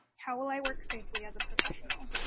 how will i work safely as a professional?